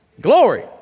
Glory